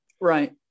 Right